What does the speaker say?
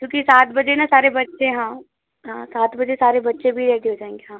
क्योंकि सात बजे ना सारे बच्चे हाँ सात बजे सारे बच्चे भी रेडी हो जाएंगे हाँ